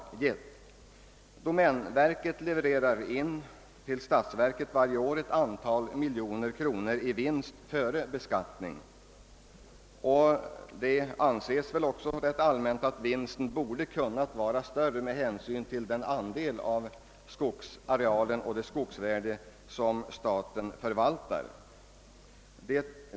Domänverket levererar varje år till statsverket ett antal miljoner kronor i vinst före beskattning. Det anses ganska allmänt att vinsten borde kunna vara större med hänsyn till den andel av skogsarealen och det skogsvärde som staten förvaltar.